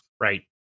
Right